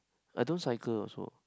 I don't cycle also